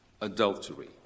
adultery